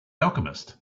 alchemist